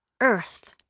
Earth